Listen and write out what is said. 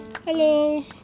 Hello